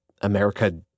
America